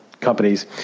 companies